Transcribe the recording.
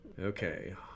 Okay